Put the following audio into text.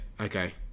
Okay